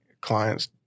clients